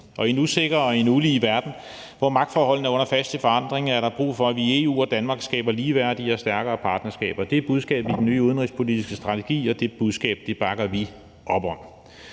I en usikker og en ulige verden, hvor magtforholdene er under hastig forandring, er der brug for, at vi i EU og Danmark skaber ligeværdige og stærkere partnerskaber. Det er budskabet i den nye udenrigspolitiske strategi, og det budskab bakker vi op om.